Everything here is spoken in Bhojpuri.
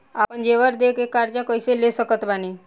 आपन जेवर दे के कर्जा कइसे ले सकत बानी?